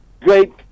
great